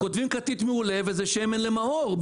כותבים כתית מעולה וזה שמן למאור.